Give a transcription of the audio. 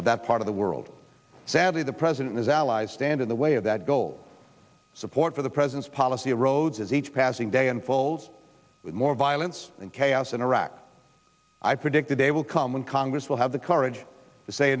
of that part of the world sadly the president has allies stand in the way of that goal support for the president's policy erodes as each passing day and falls with more violence and chaos in iraq i predict the day will come when congress will have the courage to say